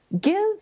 give